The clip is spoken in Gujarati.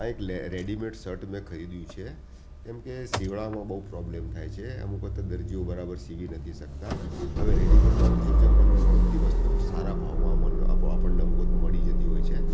આ એક રેડીમેડ શટ મેં ખરીદ્યું છે કેમકે સીવડાવવામાં બહુ પ્રોબ્લેમ થાય છે અમુક વખતે દરજીઓ બરાબર સીવી નથી શકતા હવે રેડીમેડમાં અમુક શું છે મનગમતી વસ્તુ સારા ભાવમાં આપણને અમુક વખત મળી જતી હોય છે